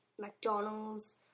McDonald's